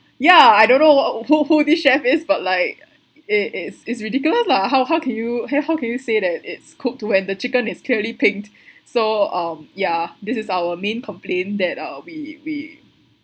ya I don't know !wow! who who this chef is but like it is is ridiculous lah how how can you how how can you say that it's cooked when the chicken is clearly pink so um ya this is our main complain that uh we we